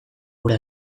gure